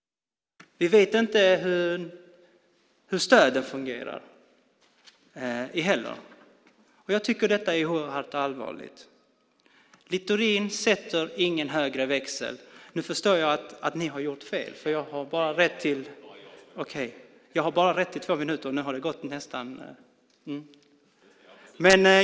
Vi vet heller inte hur stöden fungerar, och detta är oerhört allvarligt. Littorin lägger inte i någon högre växel.